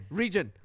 region